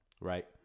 Right